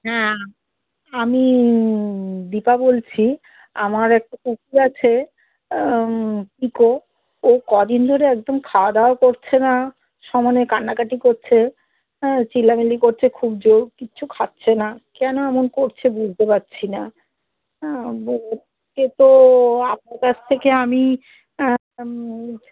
হ্যাঁ আমি দীপা বলছি আমার একটা পুচকি আছে পিকো ও কদিন ধরে একদম খাওয়া দাওয়া করছে না সমনে কাান্নাকাটি করছে হ্যাঁ চিল্লামিল্লি করছে খুব জোর কিচ্ছু খাচ্ছে না কেন এমন করছে বুঝতে পারচ্ছি না হ্যাঁ বল তো আপনার কাছ থেকে আমি